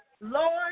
Lord